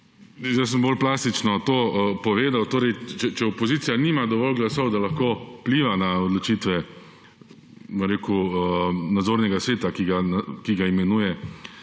Jaz sem bolj plastično to povedal. Torej, če opozicija nima dovolj glasov, da lahko vpliva na odločitve nadzornega sveta, ki ga imenuje